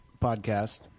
podcast